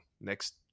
next